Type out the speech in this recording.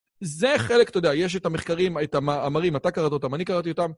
זה חלק, אתה יודע, יש את המחקרים, את המאמרים, אתה קראת אותם, אני קראתי אותם.